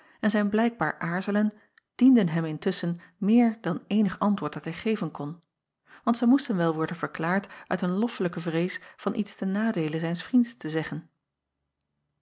en zijn blijkbaar aarzelen dienden hem intusschen meer dan eenig ant acob van ennep laasje evenster delen woord dat hij geven kon want zij moesten wel worden verklaard uit een loffelijke vrees van iets ten nadeele zijns vriends te zeggen